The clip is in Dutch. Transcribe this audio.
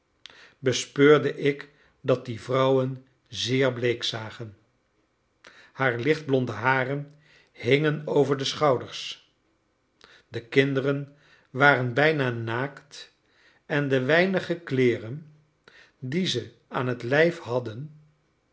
bespeurde ik dat die vrouwen zeer bleek zagen haar lichtblonde haren hingen over de schouders de kinderen waren bijna naakt en de weinige kleeren die ze aan t lijf hadden